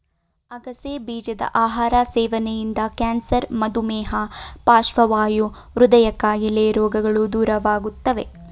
ಅಗಸೆ ಬೀಜದ ಆಹಾರ ಸೇವನೆಯಿಂದ ಕ್ಯಾನ್ಸರ್, ಮಧುಮೇಹ, ಪಾರ್ಶ್ವವಾಯು, ಹೃದಯ ಕಾಯಿಲೆ ರೋಗಗಳು ದೂರವಾಗುತ್ತವೆ